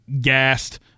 gassed